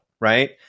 right